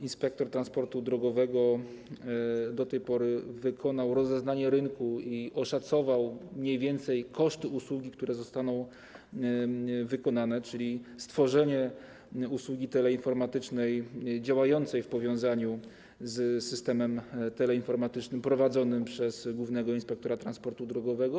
Inspektor transportu drogowego do tej pory wykonał rozeznanie rynku i oszacował mniej więcej koszty usługi, która zostanie wykonana, czyli stworzenie usługi teleinformatycznej działającej w powiązaniu z systemem teleinformatycznym prowadzonym przez głównego inspektora transportu drogowego.